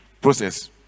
process